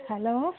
hello